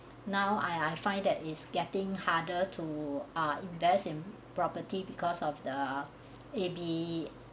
now I I find that it's getting harder to ah invest in property because of the A_B